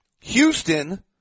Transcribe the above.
Houston